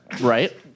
right